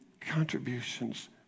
contributions